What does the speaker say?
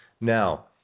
Now